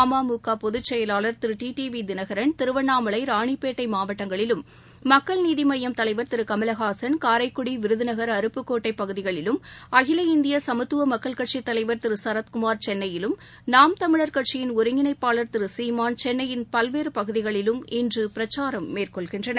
அமமுக பொதுச்செயலாளர் Thiru T T T V Dhinakaran Tiruvannamalai Ranipet மாவட்டங்களிலும் மக்கள் நீதி மய்யம் தலைவர் திரு கமலஹாசன் காரைக்குடி விருதுநகர் அருப்புக்கோட்டை பகுதிகளிலும் அகில இந்திய சமத்துவ மக்கள் கட்சித் தலைவா் திரு சரத்குமாா் சென்னையிலும் நாம் தமிழர் கட்சி ஒருங்கிணைப்பாளர் திரு சீமான சென்னையில் பல்வேறு பகுதிகளிலும் இன்று பிரச்சாரம் மேற்கொள்கின்றனர்